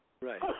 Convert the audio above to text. Right